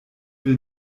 will